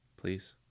Please